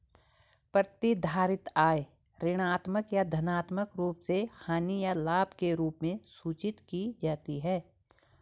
प्रतिधारित आय ऋणात्मक या धनात्मक रूप से हानि या लाभ के रूप में सूचित की जाती है